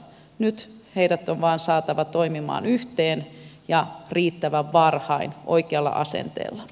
nyt heidät on vain saatava toimimaan yhteen ja riittävän varhain oikealla asenteella